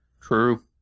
True